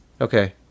okay